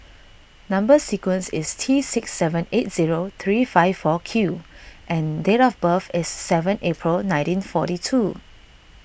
Number Sequence is T six seven eight zero three five four Q and date of birth is seven April nineteen forty two